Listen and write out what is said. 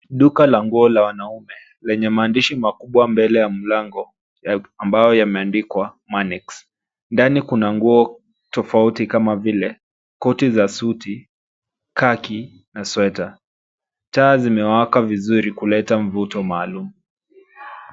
Duka la nguo la wanaume lenye maandishi makubwa mbele ya mlango ambayo yameandikwa, Manix. Ndani kuna nguo tofauti kama vile koti za suti, kaki na sweta. Taa zimewaka vizuri kuleta mvuto maalum.